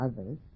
others